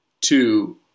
Two